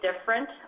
different